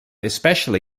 especially